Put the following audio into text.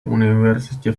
univerzitě